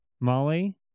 Molly